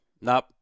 Nope